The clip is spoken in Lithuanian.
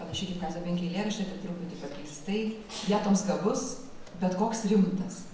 parašyti kazio binkio eilėraštį bet truputį pakeistai vietoms gabus bet koks rimtas